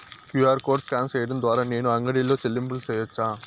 QR code scan సేయడం ద్వారా నేను అంగడి లో చెల్లింపులు సేయొచ్చా?